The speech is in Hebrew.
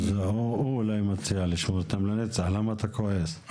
הוא אולי מציע לשמור אותם לנצח, למה אתה כועס?